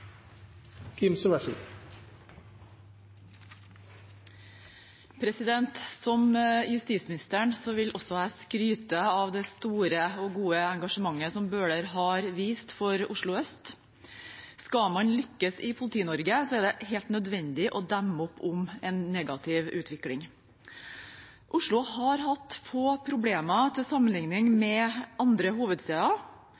Som justisministeren vil også jeg skryte av det store og gode engasjementet som representanten Bøhler har vist for Oslo øst. Skal man lykkes i Politi-Norge, er det helt nødvendig å demme opp mot en negativ utvikling. Oslo har hatt få problemer i sammenligning